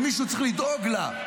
ומישהו צריך לדאוג לה.